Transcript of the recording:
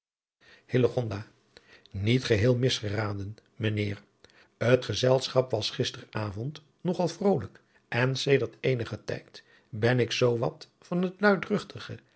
niet geheel misgeraden mijn heer t gezelschap was gister avond nog al vrolijk en sedert eenigen tijd ben ik zoo wat van het luidruchtige